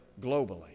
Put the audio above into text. globally